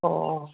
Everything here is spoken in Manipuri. ꯑꯣ